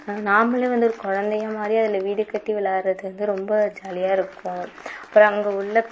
நாமளும் வந்து ஒரு குழந்தையா மாறி அதில் வீடு கட்டி வெளாடுறது வந்து ரொம்ப ஜாலியாக இருக்கும் அப்புறம் அங்கே உள்ள